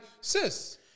sis